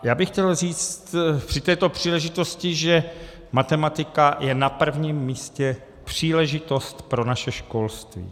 A chtěl bych říct při této příležitosti, že matematika je na prvním místě příležitost pro naše školství.